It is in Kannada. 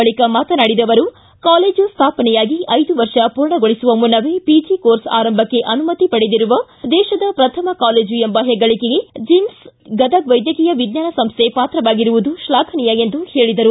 ಬಳಿಕ ಮಾತನಾಡಿದ ಅವರು ಕಾಲೇಜು ಸ್ಥಾಪನೆಯಾಗಿ ನ್ ವರ್ಷ ಪೂರ್ಣಗೊಳಿಸುವ ಮುನ್ನವೇ ಪಿಜಿ ಕೋರ್ಸ್ ಆರಂಭಕ್ಕೆ ಅನುಮತಿ ಪಡೆದಿರುವ ದೇಶದ ಪ್ರಥಮ ಕಾಲೇಜು ಎಂಬ ಹೆಗ್ಗಳಿಕೆಗೆ ಜಿಮ್ಸ್ ಗದಗ್ ವೈದ್ಯಕೀಯ ವಿಜ್ವಾನ ಸಂಸ್ಟೆ ಪಾತ್ರವಾಗಿರುವುದು ಶ್ಲಾಘನೀಯ ಎಂದು ಹೇಳಿದರು